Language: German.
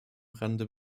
rande